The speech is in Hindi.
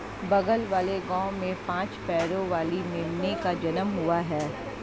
बगल वाले गांव में पांच पैरों वाली मेमने का जन्म हुआ है